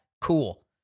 cool